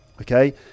Okay